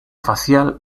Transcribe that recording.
facial